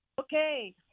Okay